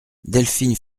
delphine